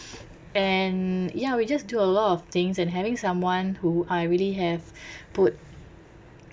and ya we just do a lot of things and having someone who I really have put